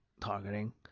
targeting